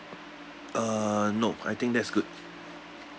uh nop I think that's good